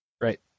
Right